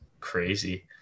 crazy